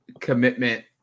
commitment